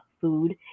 food